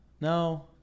No